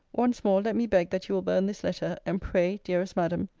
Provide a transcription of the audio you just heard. once more let me beg that you will burn this letter and, pray, dearest madam,